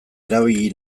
erabili